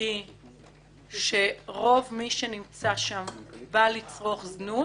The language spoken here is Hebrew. היא שרוב מי שנמצא שם בא לצרוך זנות